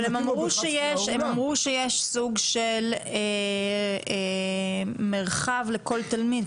הם אמרו שיש סוג של מרחב לכל תלמיד,